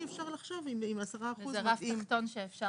זה רף שאפשר